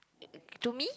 to me